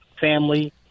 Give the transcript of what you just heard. family